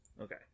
Okay